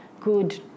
good